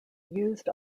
used